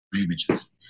images